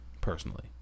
personally